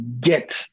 get